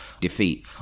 defeat